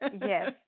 yes